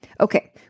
Okay